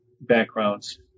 backgrounds